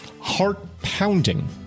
heart-pounding